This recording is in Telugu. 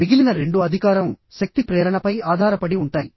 మిగిలిన 2 అధికారం శక్తి ప్రేరణపై ఆధారపడి ఉంటాయి